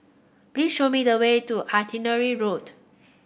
please show me the way to Artillery Road